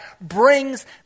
brings